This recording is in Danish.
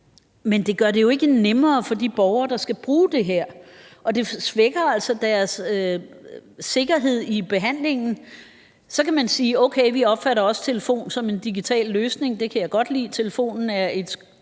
Men det gør det jo ikke nemmere for de borgere, der skal bruge det her, og det svækker altså deres sikkerhed i behandlingen. Så kan man sige, at okay, vi opfatter også telefon som en digital løsning. Det kan jeg godt lide, telefonen er et